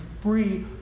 free